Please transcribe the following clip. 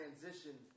transition